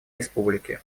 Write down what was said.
республики